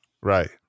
Right